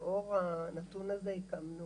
לאור הנתון הזה, הקמנו